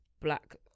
black